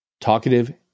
Talkative